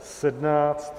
17.